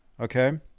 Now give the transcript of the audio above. okay